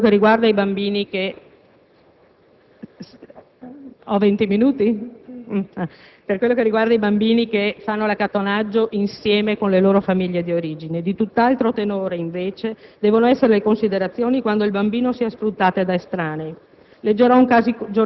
Questo per quanto riguarda i bambini che fanno accattonaggio insieme con le loro famiglie di origine. Di tutt'altro tenore, invece, devono essere le considerazioni quando il bambino sia sfruttato da estranei.